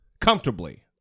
comfortably